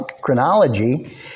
chronology